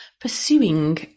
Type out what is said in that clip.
pursuing